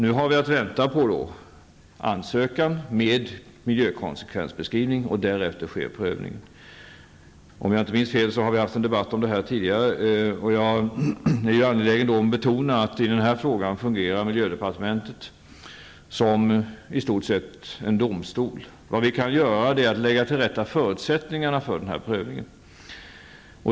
Nu har vi att vänta på ansökan med miljökonsekvensbeskrivningen. Därefter sker prövning. Om jag inte minns fel har vi haft en debatt om detta tidigare. Jag är angelägen om att betona att miljödepartementet i den här frågan i stort sett fungerar som en domstol. Vi kan lägga förutsättningarna till rätta för den här prövningen.